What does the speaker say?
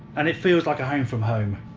and it feels like a home from home,